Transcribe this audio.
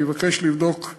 אני מבקש לבדוק